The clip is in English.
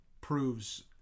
proves